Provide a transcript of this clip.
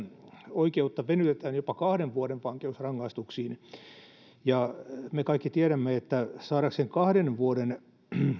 oikeutta venytetään jopa kahden vuoden vankeusrangaistuksiin me kaikki tiedämme että saadakseen kahden vuoden